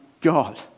God